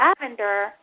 lavender